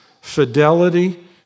fidelity